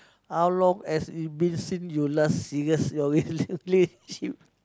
how long has it been since you last serious your relationship